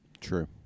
True